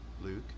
Luke